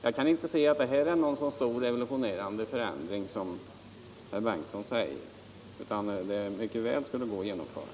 Jag kan inte se att vårt förslag innebär någon så stor och revolutionerande förändring som herr Bengtsson i Landskrona menar, utan det skulle mycket väl gå att genomföra.